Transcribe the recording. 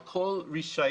על כל רישיון.